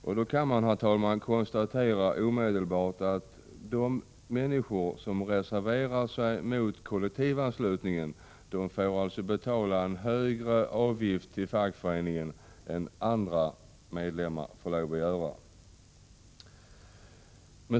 Man kunde, herr talman, omedelbart konstatera att de människor som reserverar sig mot kollektivanslutningen får betala en högre avgift till fackföreningen än andra medlemmar får göra.